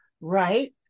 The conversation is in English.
right